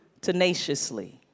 tenaciously